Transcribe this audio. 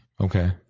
Okay